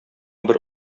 бер